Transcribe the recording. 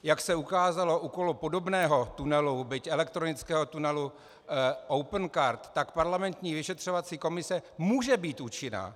Jak se ukázalo okolo podobného tunelu, byť elektronického tunelu, Opencard, tak parlamentní vyšetřovací komise může být účinná.